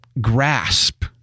grasp